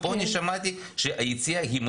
זאת אומרת, מה הסיכוי שלו להשתקם?